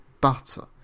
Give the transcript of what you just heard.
butter